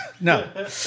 No